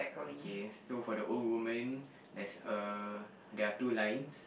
K so for the old woman there's a there are two lines